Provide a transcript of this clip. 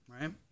right